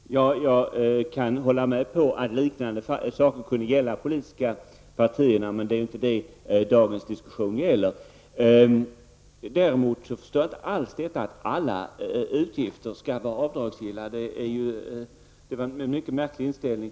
Fru talman! Jag kan hålla med om att liknande kontroll skulle kunna gälla politiska partier, men det är inte detta dagens diskussion gäller. Däremot förstår jag inte alls att alla utgifter skall vara avdragsgilla. Det är en mycket märklig inställning.